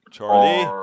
Charlie